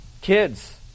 Kids